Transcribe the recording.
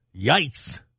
Yikes